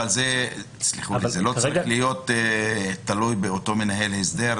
זה לא צריך להיות תלוי באותו מנהל הסדר,